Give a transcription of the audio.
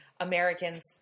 Americans